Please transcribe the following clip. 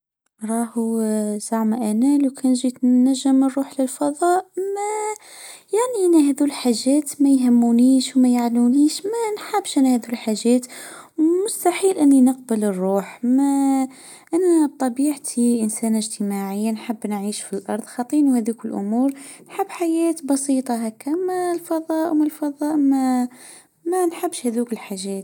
راهو ساعه مانا لو كان جيت النجم نروح للفضاء ما يعني نهدو الحاجات ما يهمونيش وما يعنونيش مانحبش انا هادول حجات مستحيل نقبل نروح ،انا بطبيعتي انسانه اجتماعيه نحب نعيش في الارض خاطيني بهذوك الامور حب حياة بسيطه هكا الفضاء ما الفضاء ما نحبش هذوك الحاجات.